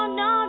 no